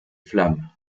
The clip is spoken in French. flammes